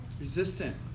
Resistant